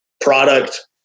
product